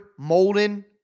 Molden